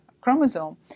chromosome